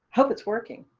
hope it's working.